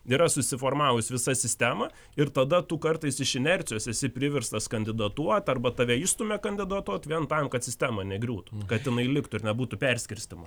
yra susiformavus visa sistema ir tada tu kartais iš inercijos esi priverstas kandidatuot arba tave išstumia kandidatuot vien tam kad sistema negriūtų kad jinai liktų ir nebūtų perskirstymo